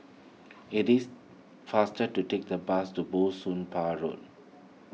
it is faster to take the bus to Bah Soon Pah Road